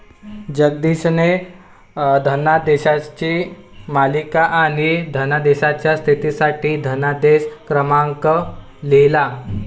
जगदीशने धनादेशांची मालिका आणि धनादेशाच्या स्थितीसाठी धनादेश क्रमांक लिहिला